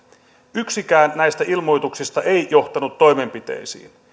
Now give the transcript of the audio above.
yksikään näistä ilmoituksista ei johtanut toimenpiteisiin